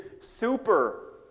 super